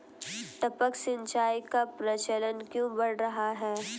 टपक सिंचाई का प्रचलन क्यों बढ़ रहा है?